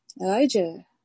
Elijah